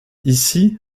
ici